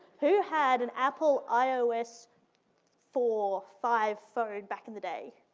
who had an apple ios four or five phone back in the day?